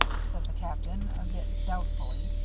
said the captain, a bit doubtfully,